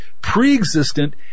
pre-existent